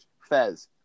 Fez